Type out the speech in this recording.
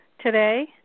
Today